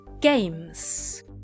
Games